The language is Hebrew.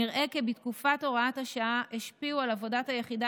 נראה כי בתקופת הוראת השעה השפיעו על עבודת היחידה